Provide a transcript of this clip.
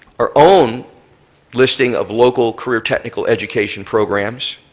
our own listing of local career technical education programs,